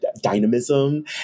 dynamism